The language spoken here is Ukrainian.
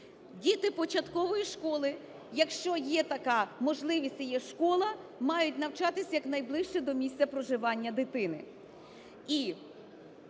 Діти початкової школи, якщо є така можливість і є школа, мають навчатися якнайближче до місця проживання дитини.